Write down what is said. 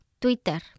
Twitter